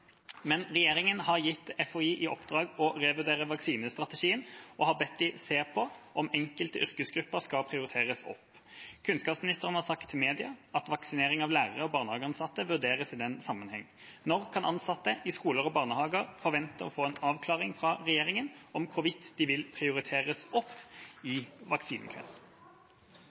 men jeg skal variere litt i oppfølgingen, det kan jeg love: «Regjeringen har gitt FHI i oppdrag å revurdere vaksinestrategien, og har bedt dem se på om enkelte yrkesgrupper skal prioriteres opp. Kunnskapsministeren har til media sagt at vaksinering av lærere og barnehageansatte vurderes i den sammenheng. Når kan ansatte i skoler og barnehager forvente å få en avklaring fra regjeringen om hvorvidt de vil prioriteres opp